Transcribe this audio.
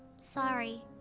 sorry.